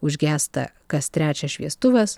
užgęsta kas trečias šviestuvas